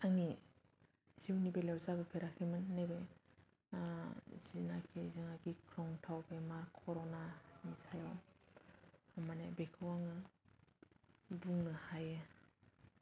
आंनि जिउनि बेलायाव जाबोफेराखैमोन नैबे जिनाकि जोङो गिख्रंथाव बेमार कर'नानि टाइम माने बेखौ आङो बुंनो हायो